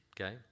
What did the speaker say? okay